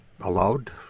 allowed